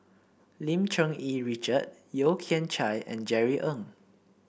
Lim Cherng Yih Richard Yeo Kian Chye and Jerry Ng